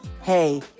hey